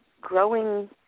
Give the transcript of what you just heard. growing